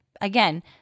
again